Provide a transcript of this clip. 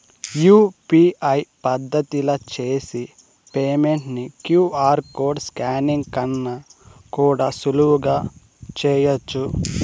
UPI పద్దతిల చేసి payment ని క్యూ.ఆర్ కోడ్ స్కానింగ్ కన్నా కూడా సులువుగా చేయచ్చు